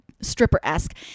stripper-esque